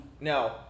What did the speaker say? No